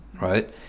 right